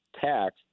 tax